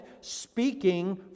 speaking